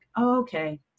okay